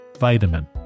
vitamin